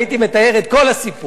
הייתי מתאר את כל הסיפור.